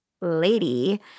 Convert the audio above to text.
lady